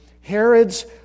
Herod's